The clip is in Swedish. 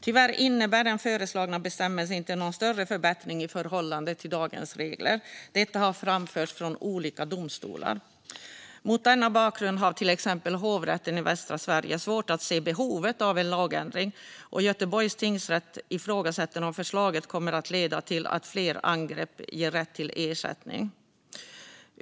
Tyvärr innebär den föreslagna bestämmelsen inte någon större förbättring i förhållande till dagens regler. Detta har framförts från olika domstolar. Mot denna bakgrund har till exempel Hovrätten för Västra Sverige svårt att se behovet av en lagändring. Göteborgs tingsrätt ifrågasätter om förslaget kommer att leda till att fler angrepp ger rätt till ersättning.